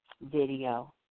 video